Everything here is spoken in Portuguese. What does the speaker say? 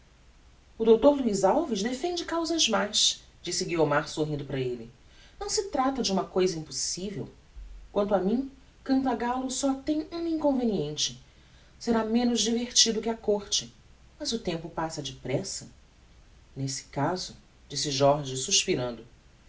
o dr luiz alves defende causas más disse guiomar sorrindo para elle não se trata de uma cousa impossivel quanto a mim cantagallo só tem um inconveniente sera menos divertido que a côrte mas o tempo passa depressa nesse caso disse jorge suspirando